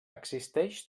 existeix